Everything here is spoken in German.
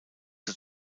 zur